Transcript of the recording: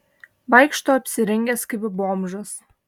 vaikšto apsirengęs kaip bomžas